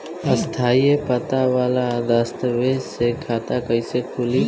स्थायी पता वाला दस्तावेज़ से खाता कैसे खुली?